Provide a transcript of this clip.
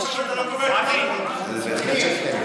יושב-ראש הקואליציה לא מקבל החלטות, בהחלט כן.